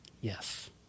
Yes